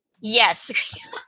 Yes